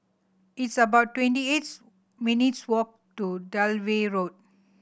it's about twenty eights minutes' walk to Dalvey Road